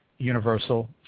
universal